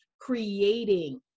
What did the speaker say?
creating